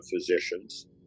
physicians